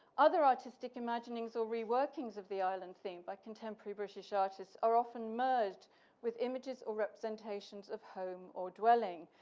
other artistic imaginings or reworkings of the island theme by contemporary british artists are often merged with images or representations of home or dwelling.